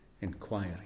inquiry